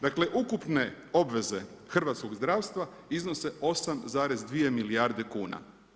Dakle, ukupne obveze hrvatskog zdravstva iznose 8,2 milijarde kuna.